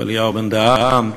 אליהו בן-דהן,